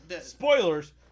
Spoilers